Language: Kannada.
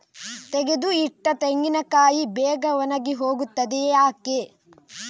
ತೆಗೆದು ಇಟ್ಟ ತೆಂಗಿನಕಾಯಿ ಬೇಗ ಒಣಗಿ ಹೋಗುತ್ತದೆ ಯಾಕೆ?